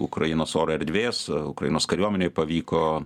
ukrainos oro erdvės ukrainos kariuomenei pavyko